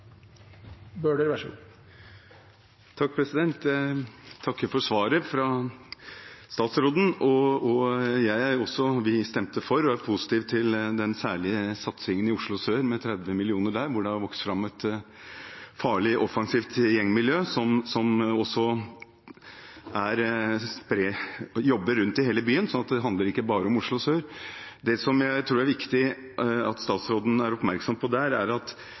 vi stemte også for det – til den særlige satsingen i Oslo sør, med 30 mill. kr. Det har vokst fram et farlig, offensivt gjengmiljø som jobber rundt i hele byen, så det handler ikke bare om Oslo sør. Det jeg tror er viktig at statsråden er oppmerksom på der, er at